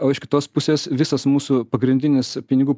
o iš kitos pusės visas mūsų pagrindinis pinigų